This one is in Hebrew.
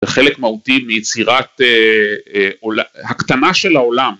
זה חלק מהותי מיצירת אה... הקטנה של העולם.